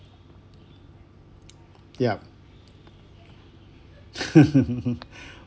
yup